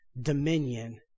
dominion